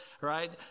right